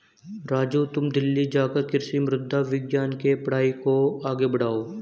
राजू तुम दिल्ली जाकर कृषि मृदा विज्ञान के पढ़ाई को आगे बढ़ाओ